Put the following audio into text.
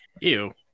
Ew